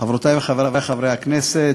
חברי וחברותי חברי הכנסת,